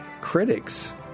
critics